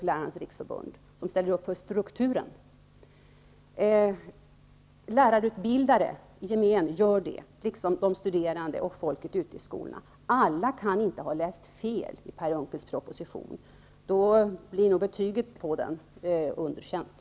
Lärarutbildare gör det, liksom studerande och folket ute i skolorna. Alla kan inte ha läst fel i Per Unckels proposition. Annars blir nog betyget på den ''underkänd''.